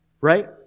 right